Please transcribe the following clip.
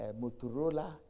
Motorola